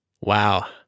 Wow